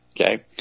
Okay